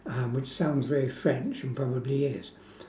um which sounds very french and probably is